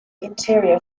interior